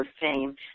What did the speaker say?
fame